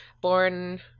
Born